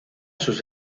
sus